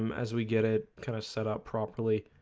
um as we get it kind of set up properly